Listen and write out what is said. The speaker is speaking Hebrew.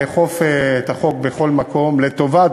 לאכוף את החוק בכל מקום לטובה.